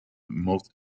most